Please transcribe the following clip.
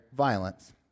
Violence